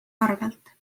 arvelt